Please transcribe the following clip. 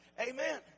Amen